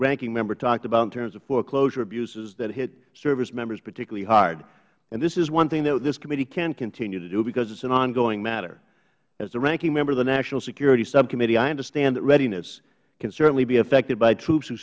ranking member talked about in terms of foreclosure abuses that hit service members particularly hard and this is one thing that this committee can continue to do because it is an ongoing matter as the ranking member of the national security subcommittee i understand that readiness can certainly be affected by troops who